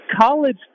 college